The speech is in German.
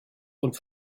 und